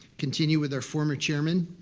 continue with our former chairmen,